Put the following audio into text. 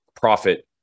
profit